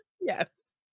yes